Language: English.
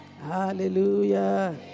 hallelujah